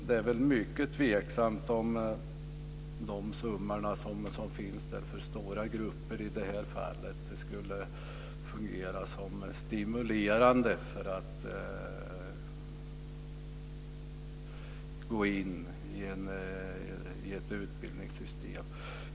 Det är mycket tveksamt om de summorna som finns där för stora grupper i det här fallet skulle stimulera att gå in i ett utbildningssystem.